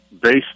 based